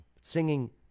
singing